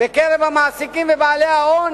בקרב המעסיקים ובעלי ההון